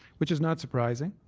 which is not surprising,